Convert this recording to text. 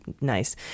nice